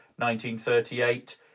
1938